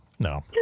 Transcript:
No